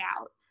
out